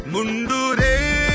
Mundure